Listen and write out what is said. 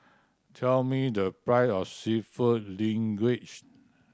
tell me the price of Seafood Linguine